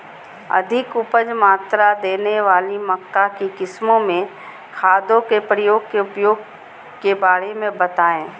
अधिक उपज मात्रा देने वाली मक्का की किस्मों में खादों के प्रयोग के बारे में बताएं?